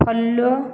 follow